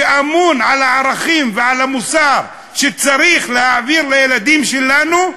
שאמון על ערכים ועל המוסר שצריך להעביר לילדים שלנו,